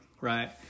right